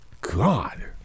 God